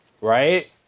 Right